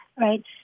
right